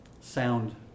sound